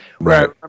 Right